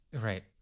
Right